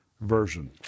Version